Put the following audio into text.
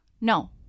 No